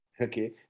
okay